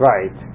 Right